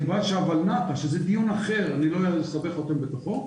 כיוון שזה דיון אחר ואני לא אסבך אתכם בתוכו,